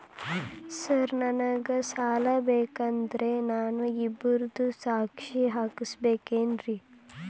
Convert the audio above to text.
Sir ನನಗೆ ಸಾಲ ಬೇಕಂದ್ರೆ ನಾನು ಇಬ್ಬರದು ಸಾಕ್ಷಿ ಹಾಕಸಬೇಕೇನ್ರಿ?